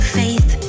faith